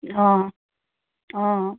অ অ